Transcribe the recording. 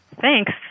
Thanks